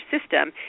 system